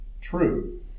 true